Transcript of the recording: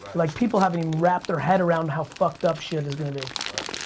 like people haven't even rapped their head around how fucked up shit is gonna be. right.